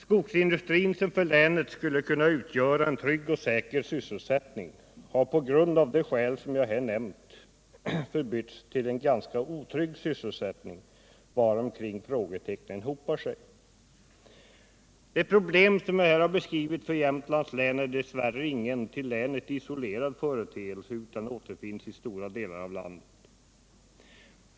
Skogsindustrin, som för länet skulle kunna utgöra en trygg och säker sysselsättning, har på grund av de skäl som jag här har nämnt förbytts till en ganska otrygg sysselsättning kring vilken frågetecknen hopar sig. De problem som jag här har beskrivit för Jämtlands län är dess värre ingen till länet isolerad företeelse utan återfinns i stora delar av landet.